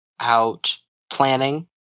out-planning